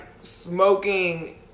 smoking